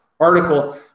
article